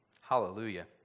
Hallelujah